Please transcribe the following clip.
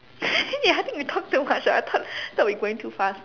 ya I think we talk too much ah I thought I thought we going too fast